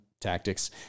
tactics